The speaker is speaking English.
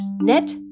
net